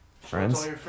Friends